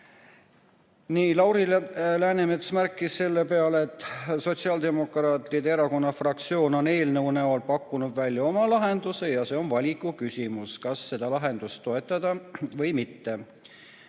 Lauri Läänemets märkis selle peale, et Sotsiaaldemokraatliku Erakonna fraktsioon on eelnõu näol pakkunud välja oma lahenduse ja see on valiku küsimus, kas seda lahendust toetada või mitte.